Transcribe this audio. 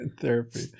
therapy